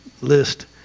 list